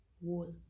wall